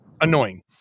annoying